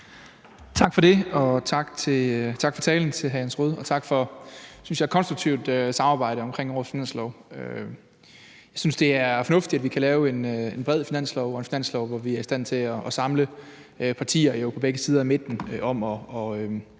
Tak for det. Og tak for talen til hr. Jens Rohde, og tak for et, synes jeg, konstruktivt samarbejde omkring årets finanslov. Jeg synes, det er fornuftigt, at vi kan lave en bred finanslov og en finanslov, hvor vi er i stand til at samle partier på begge sider af midten